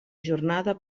jornada